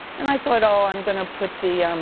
and i thought, oh, i'm gonna put the